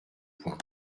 point